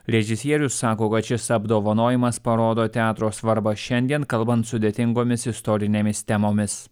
režisierius sako kad šis apdovanojimas parodo teatro svarbą šiandien kalbant sudėtingomis istorinėmis temomis